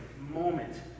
moment